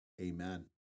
Amen